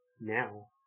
now